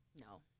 no